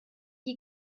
die